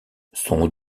son